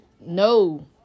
no